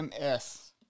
MS